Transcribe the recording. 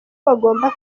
bagomba